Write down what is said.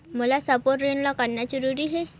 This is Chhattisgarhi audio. मोला सबो ऋण ला करना जरूरी हे?